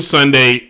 Sunday